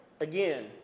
again